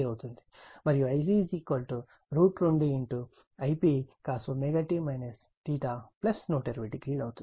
మరియు Ic 2 Ip cost 1200అవుతుంది